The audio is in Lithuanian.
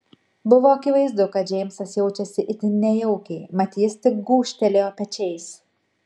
buvo akivaizdu kad džeimsas jaučiasi itin nejaukiai mat jis tik gūžtelėjo pečiais